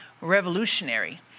revolutionary